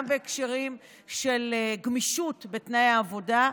גם בהקשרים של גמישות בתנאי העבודה.